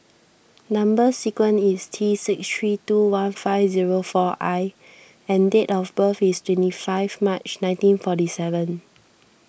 Number Sequence is T six three two one five zero four I and date of birth is twenty five March nineteen forty seven